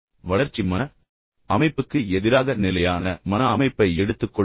வளர்ச்சி மன அமைப்புக்கு எதிராக நிலையான மன அமைப்பை எடுத்துக் கொள்ளுங்கள்